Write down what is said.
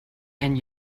and